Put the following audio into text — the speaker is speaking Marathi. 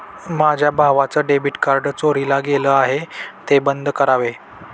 माझ्या भावाचं डेबिट कार्ड चोरीला गेलं आहे, ते बंद करावे